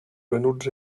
venuts